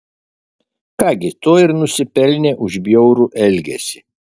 ką gi to ir nusipelnė už bjaurų elgesį